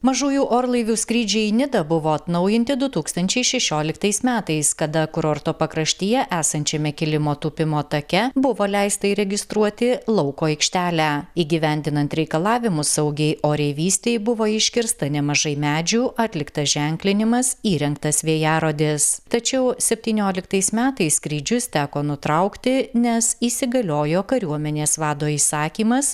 mažųjų orlaivių skrydžiai į nidą buvo atnaujinti du tūkstančiai šešioliktais metais kada kurorto pakraštyje esančiame kilimo tūpimo take buvo leista įregistruoti lauko aikštelę įgyvendinant reikalavimus saugiai oreivystei buvo iškirsta nemažai medžių atliktas ženklinimas įrengtas vėjarodis tačiau septynioliktais metais skrydžius teko nutraukti nes įsigaliojo kariuomenės vado įsakymas